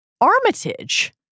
Armitage